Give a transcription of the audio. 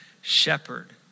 Shepherd